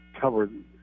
covered